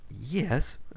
Yes